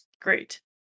great